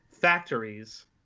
Factories